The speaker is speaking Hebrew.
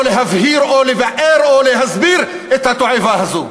להבהיר או לבאר או להסביר את התועבה הזאת?